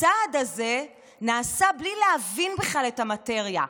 הצעד הזה נעשה בלי להבין בכלל את המטריה.